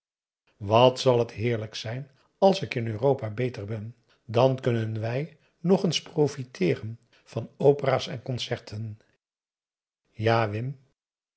wat zal het heerlijk zijn als ik in europa beter ben dan kunnen wij nog eens profiteeren van opera's en concerten ja wim